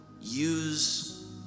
use